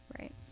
Right